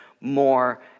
more